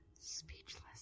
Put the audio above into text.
Speechless